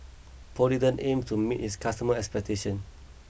Polident aims to meet its customers' expectations